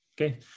okay